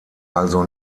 also